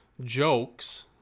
jokes